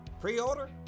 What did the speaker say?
Pre-order